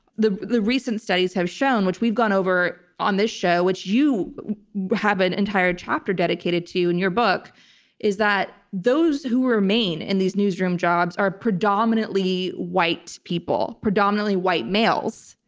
the the recent studies have shown, which we've gone over on this show, which you have an entire chapter dedicated to and your book is that those who remain in these newsroom jobs are predominantly white people, predominantly white males.